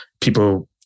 people